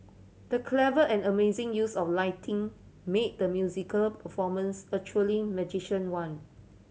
the clever and amazing use of lighting made the musical performance a truly one